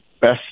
best